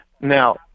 Now